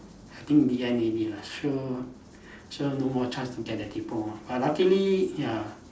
I think the end already lah sure sure no more chance to get the diploma but luckily ya